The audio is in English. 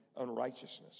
unrighteousness